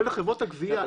כולל לחברות הגבייה,